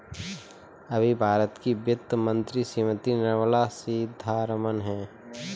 अभी भारत की वित्त मंत्री श्रीमती निर्मला सीथारमन हैं